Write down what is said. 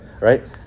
right